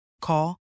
Call